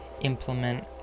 implement